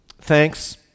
thanks